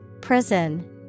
Prison